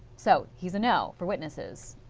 so he is a no for witnesses,